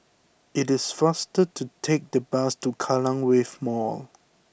it is faster to take the bus to Kallang Wave Mall